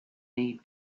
need